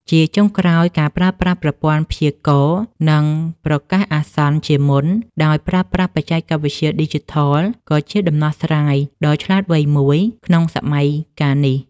ជាចុងក្រោយ ការប្រើប្រាស់ប្រព័ន្ធព្យាករណ៍ និងប្រកាសអាសន្នជាមុនដោយប្រើប្រាស់បច្ចេកវិទ្យាឌីជីថល ក៏ជាដំណោះស្រាយដ៏ឆ្លាតវៃមួយក្នុងសម័យកាលនេះ។